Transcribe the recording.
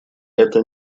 это